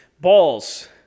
Balls